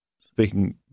speaking